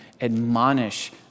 admonish